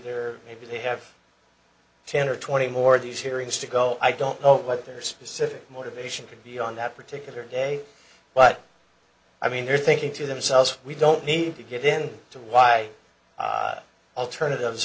there may be they have ten or twenty more of these hearings to go i don't know what their specific motivation could be on that particular day but i mean they're thinking to themselves we don't need to get in to why alternatives